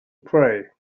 pray